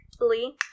Lee